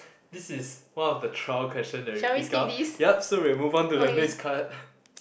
this is one of the trial question that we pick up yup so we will move on to the next card